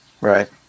right